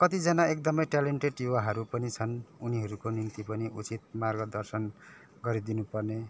कतिजना एकदमै ट्यालेन्टेड युवाहरू पनि छन् उनीहरू को निम्ति पनि उचित मार्गदर्शन गरिदिनु पर्ने